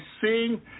seeing